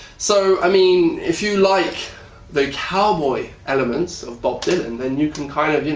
so i mean if you like the cowboy elements of bob dylan then you can kind of.